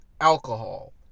alcohol